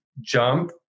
jump